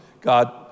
God